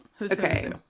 okay